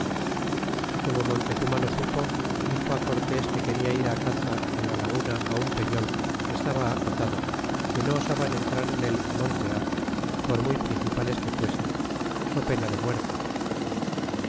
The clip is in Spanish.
y como montezurna lo supo dixo cortés que quena ir caza en la laguna un peñol que estaba acotado que no osaban entrar en él montear por muy principales que fuesen so pena de muerte